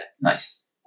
Nice